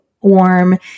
warm